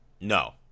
No